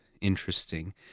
interesting